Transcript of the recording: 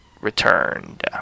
returned